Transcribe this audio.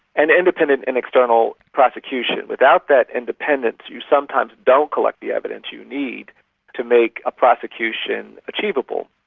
and independent and external prosecution. without that independence you sometimes don't collect the evidence you need to make a prosecution achievable.